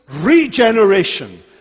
regeneration